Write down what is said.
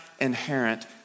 inherent